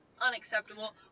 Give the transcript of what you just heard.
unacceptable